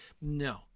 no